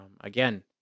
again